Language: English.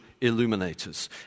illuminators